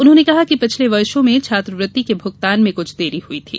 उन्होंने कहा कि पिछले वर्षों में छात्रवृत्ति के भूगतान में कुछ देरी हई थी